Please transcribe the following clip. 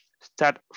Start